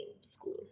school